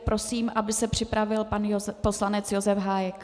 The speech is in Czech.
Prosím, aby se připravil pan poslanec Josef Hájek.